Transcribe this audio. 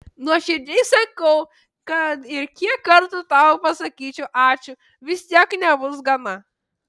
nuoširdžiai sakau kad ir kiek kartų tau pasakyčiau ačiū vis tiek nebus gana